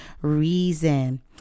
reason